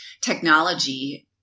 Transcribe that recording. technology